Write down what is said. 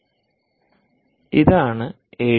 ഇതാണ് എ